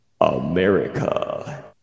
america